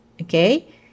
okay